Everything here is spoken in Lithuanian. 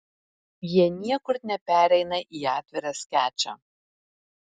jie niekur nepereina į atvirą skečą